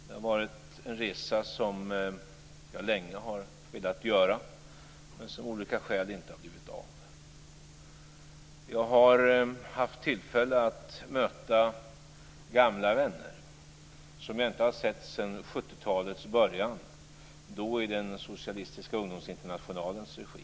Det har varit en resa som jag länge har velat göra, men som av olika skäl inte har blivit av. Jag har haft tillfälle att möta gamla vänner som jag inte har sett sedan 70 talets början, då i den socialistiska ungdomsinternationalens regi.